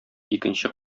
икенче